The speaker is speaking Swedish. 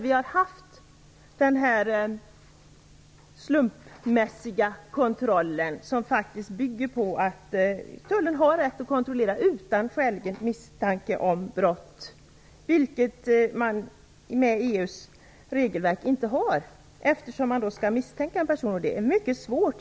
Vi har haft den slumpmässiga kontroll som faktiskt bygger på att Tullen har rätt att kontrollera utan skälig misstanke om brott, vilket Tullen i enlighet med EU:s regelverk inte har. Man måste misstänka en person för att få göra en kontroll. Det är mycket svårt.